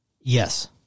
Yes